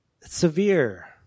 severe